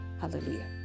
hallelujah